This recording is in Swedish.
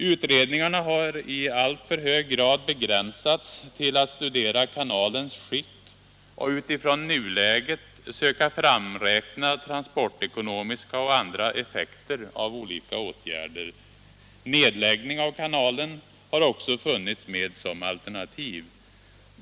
Utredningarna har i alltför hög grad begränsats till att studera kanalens skick och utifrån nuläget söka framräkna transportekonomiska och andra effekter av olika åtgärder. Nedläggning av kanalen har också funnits med som alternativ.